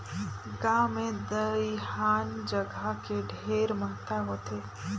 गांव मे दइहान जघा के ढेरे महत्ता होथे